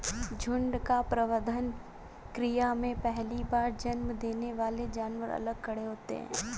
झुंड का प्रबंधन क्रिया में पहली बार जन्म देने वाले जानवर अलग खड़े होते हैं